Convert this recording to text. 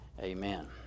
Amen